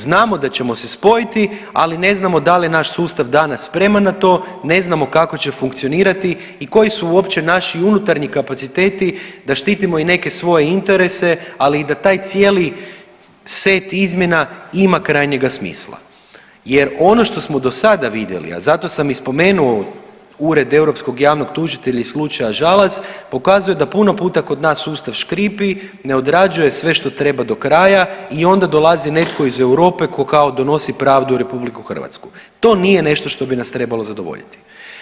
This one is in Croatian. Znamo da ćemo se spojiti, ali ne znamo da li je naš sustav danas spreman na to, ne znamo kako će funkcionirati i koji su uopće naši unutarnji kapaciteti da štitimo i neke svoje interese, ali i da taj cijeli set izmjena ima krajnjega smisla jer ono što smo do sada vidjeli, a zato sam i spomenuo Ured europskog javnog tužitelja i slučaj Žalac, pokazuje da puno puta kod nas sustav škripi, ne odrađuje sve što treba do kraja i onda dolazi netko iz Europe ko kao donosi pravdu u RH, to nije nešto što bi nas trebalo zadovoljiti.